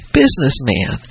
businessman